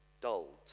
Dulled